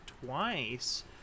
twice